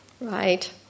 right